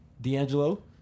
D'Angelo